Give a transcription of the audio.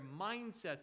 mindset